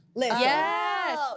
Yes